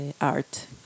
art